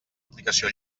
aplicació